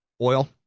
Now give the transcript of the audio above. oil